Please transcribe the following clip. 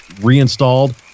reinstalled